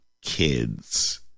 kids